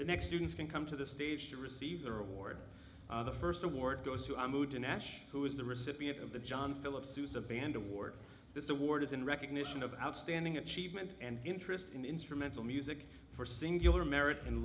the next students can come to the stage to receive their award the first award goes to nash who is the recipient of the john philip sousa band award this award is in recognition of outstanding achievement and interest in instrumental music for singular merit and